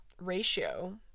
ratio